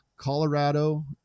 Colorado